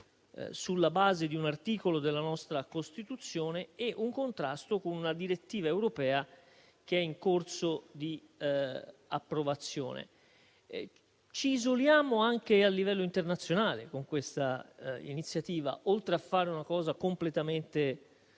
sulla base di un articolo della nostra Costituzione, e un contrasto con una direttiva europea in corso di approvazione. Ci isoliamo anche a livello internazionale con questa iniziativa, oltre ad approvare un provvedimento